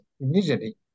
immediately